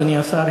אדוני השר,